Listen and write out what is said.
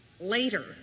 later